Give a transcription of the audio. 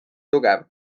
tugev